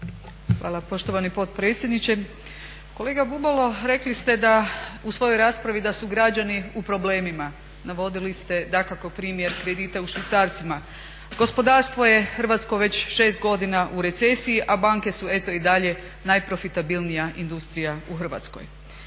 Hvala poštovani potpredsjedniče. Kolega Bubalo rekli ste da u svojoj raspravi da su građani u problemima, navodili ste dakako primjer kredita u švicarcima, gospodarstvo je hrvatsko već 6 godina u recesiji, a banke su eto i dalje najprofitabilnija industrija u Hrvatskoj.